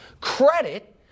credit